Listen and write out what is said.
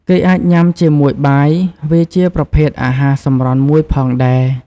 គេអាចញ៉ាំជាមួយបាយ វាជាប្រភេទអាហារសម្រន់មួយផងដែរ ។